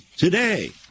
Today